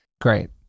Great